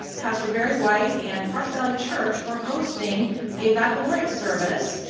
pastor barry white and park valley church for hosting a baccalaureate service.